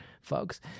folks